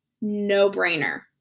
no-brainer